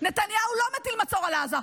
לא מטיל מצור על עזה,